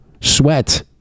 sweat